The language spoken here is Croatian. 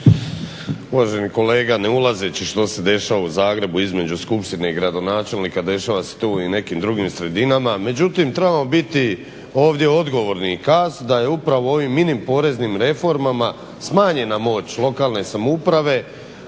Uvaženi kolega ne ulazeći što se dešava u Zagrebu između skupštine i gradonačelnika dešava se to i u nekim drugim sredinama, međutim trebamo biti ovdje odgovorni i kazati da je upravo ovim mini poreznim reformama smanjena moć lokalne samouprave